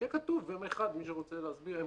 שיהיה כתוב M15 בגדול.